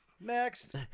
Next